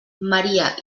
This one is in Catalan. maria